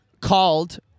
called